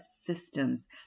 systems